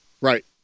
Right